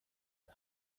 حمل